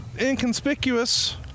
inconspicuous